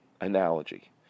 analogy